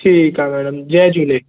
ठीकु आहे मैडम जय झूले